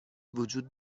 وجود